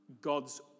God's